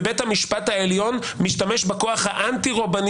ובית המשפט העליון משתמש בכוח האנטי רובני